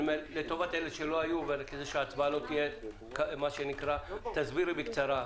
לטובת אלה שלא היו, תסבירי בקצרה.